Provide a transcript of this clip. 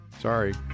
Sorry